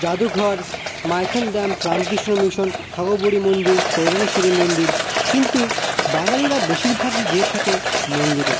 জাদুঘর Maithon dam Ramakrishna mission Ghaghar Buri মন্দির কল্যাণেশ্বরী মন্দির কিন্তু বাঙালিরা বেশীরভাগই যেয়ে থাকে মন্দিরে